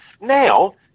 Now